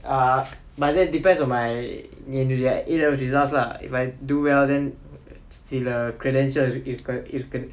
uh but that depends on my a level results lah if I do well then சில:sila credentials இருக்கு:irukku